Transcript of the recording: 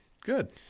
good